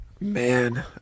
man